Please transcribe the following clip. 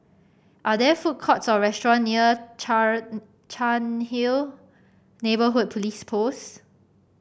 are there food courts or restaurant near Char Cairnhill Neighbourhood Police Post